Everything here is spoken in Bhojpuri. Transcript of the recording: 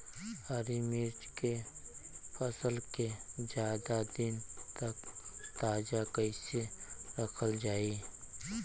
हरि मिर्च के फसल के ज्यादा दिन तक ताजा कइसे रखल जाई?